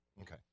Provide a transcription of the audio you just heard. Okay